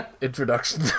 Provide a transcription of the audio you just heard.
introduction